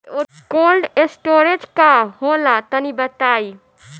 Cold storage का होला तनि बताई?